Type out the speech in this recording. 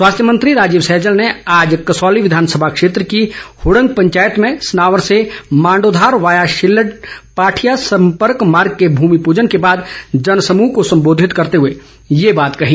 स्वास्थ्य मंत्री राजीव सैजल ने आज कसौली विधानसभा क्षेत्र की हुड़ंग पंचायत में सनावर से मांडोधार वाया शिल्लड पाठिया सम्पर्क मार्ग के भूमि पूजन के बाद जनसमूह को संबोधित करते हुए ये बात कही